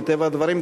מטבע הדברים,